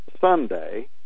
Sunday